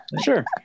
Sure